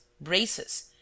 braces